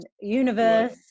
universe